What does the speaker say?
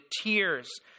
tears